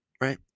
right